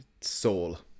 soul